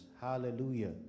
hallelujah